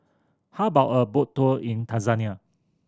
how about a boat tour in Tanzania